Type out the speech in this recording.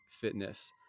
fitness